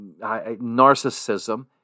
narcissism